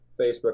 Facebook